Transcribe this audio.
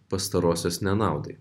pastarosios nenaudai